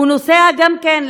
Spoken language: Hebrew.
הוא נוסע גם כן,